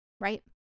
right